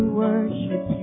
worship